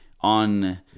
on